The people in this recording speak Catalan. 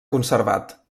conservat